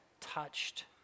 touched